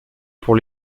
pour